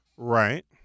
Right